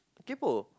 kaypo